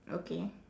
okay